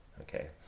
okay